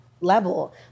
level